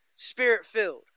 Spirit-filled